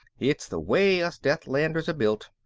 it's the way us deathlanders are built.